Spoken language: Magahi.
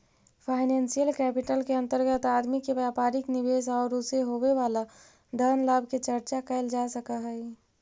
फाइनेंसियल कैपिटल के अंतर्गत आदमी के व्यापारिक निवेश औउर उसे होवे वाला धन लाभ के चर्चा कैल जा सकऽ हई